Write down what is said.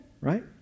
right